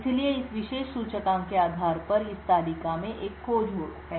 इसलिए इस विशेष सूचकांक के आधार पर इस तालिका में एक खोज है